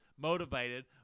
motivated